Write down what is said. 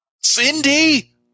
Cindy